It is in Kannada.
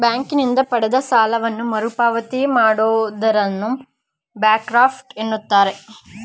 ಬ್ಯಾಂಕಿನಿಂದ ಪಡೆದ ಸಾಲವನ್ನು ಮರುಪಾವತಿ ಮಾಡದಿರುವುದನ್ನು ಬ್ಯಾಂಕ್ರಫ್ಟ ಎನ್ನುತ್ತಾರೆ